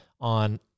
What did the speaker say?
on